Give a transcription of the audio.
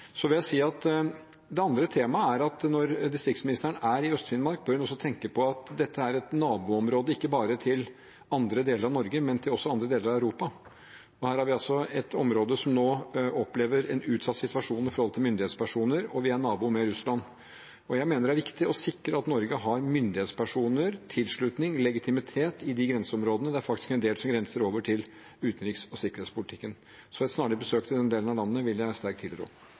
når distriktsministeren er i Øst-Finnmark, bør hun også tenke på at dette er et naboområde ikke bare til andre deler av Norge, men også til andre deler av Europa. Her har vi altså et område som nå opplever en utsatt situasjon når det gjelder myndighetspersoner, og vi er nabo med Russland. Jeg mener det er viktig å sikre at Norge har myndighetspersoner, tilslutning og legitimitet i de grenseområdene. Dette er faktisk noe som grenser til utenriks- og sikkerhetspolitikken. Et snarlig besøk til den delen av landet vil jeg sterkt